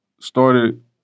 started